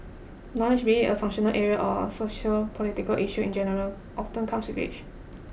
knowledge be a functional area or sociopolitical issues in general often comes with age